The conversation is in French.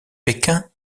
pékin